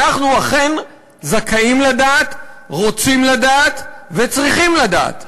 אנחנו אכן זכאים לדעת, רוצים לדעת, וצריכים לדעת,